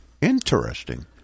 Interesting